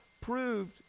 proved